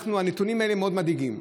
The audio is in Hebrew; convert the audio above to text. הנתונים האלה מאוד מדאיגים.